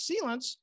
sealants